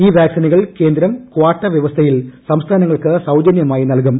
ഈ വാക്സിനുകൾ കേന്ദ്രം ക്വാട്ട വൃവസ്ഥയിൽ സംസ്ഥാനങ്ങൾക്ക് സൌജനൃമായി നൽകും